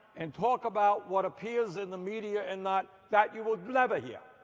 and talk about what appears in the media and not that you will never hear.